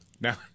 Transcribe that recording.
now